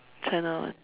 China one